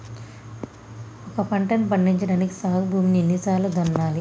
ఒక పంటని పండించడానికి సాగు భూమిని ఎన్ని సార్లు దున్నాలి?